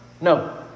No